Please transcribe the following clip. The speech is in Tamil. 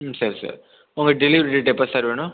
ம் சரி சார் உங்கள் டெலிவெரி டேட் எப்போ சார் வேணும்